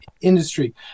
industry